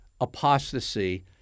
apostasy